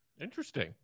interesting